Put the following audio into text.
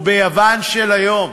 או ביוון של היום.